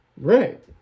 Right